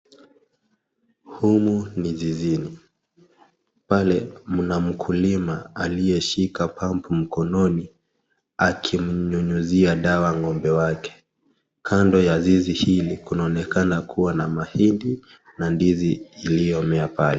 Humu ni zizini pale mna mkulima alkyeshika pump mkononi akimnyunyuzia dawa ngombe wake, kando ya zizi hili kunaonekana kuwa na mahindi na ndizi iliyomea pale.